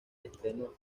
estrenó